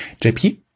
JP